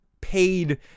paid